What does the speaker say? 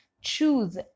choose